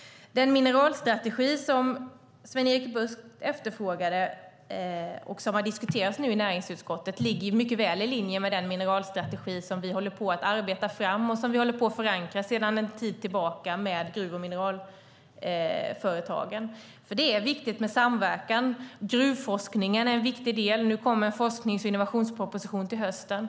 Den mineralstrategi som Sven-Erik Bucht efterfrågade och som nu har diskuterats i näringsutskottet ligger mycket väl i linje med den mineralstrategi som vi håller på att arbeta fram och sedan en tid tillbaka håller på att förankra i gruv och mineralföretagen. Det är viktigt med samverkan. Gruvforskningen är en viktig del, och det kommer en forsknings och innovationsproposition till hösten.